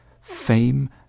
fame